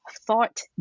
thought